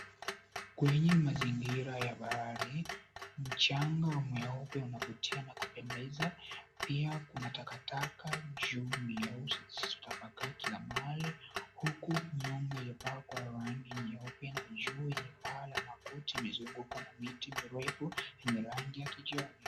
Kwenye mazingira ya bahari, mchanga mweupe unavutia na kupendeza. Pia kuna takataka juu nyeusi zilizotapakaa kila mahali, huku nyumba imepakwa rangi nyeupe na juu yenye paa la makuti imezungukwa na miti mirefu yenye rangi ya kijani.